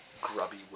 grubby